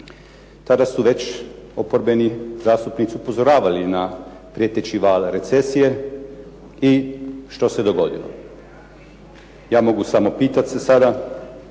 Tada su već oporbeni zastupnici upozoravali na prijeteći val recesije i što se dogodilo. Ja mogu samo pitat se sada